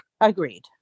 Agreed